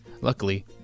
Luckily